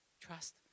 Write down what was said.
Trust